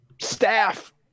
Staff